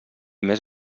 més